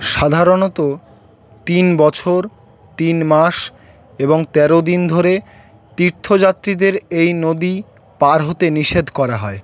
সাধারণত তিন বছর তিন মাস এবং তেরো দিন ধরে তীর্থযাত্রীদের এই নদী পার হতে নিষেধ করা হয়